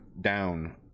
down